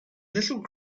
little